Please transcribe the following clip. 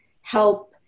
help